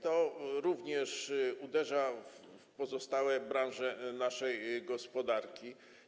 To również uderza w pozostałe branże naszej gospodarki.